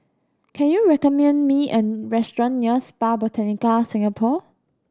can you recommend me a restaurant near Spa Botanica Singapore